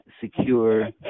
secure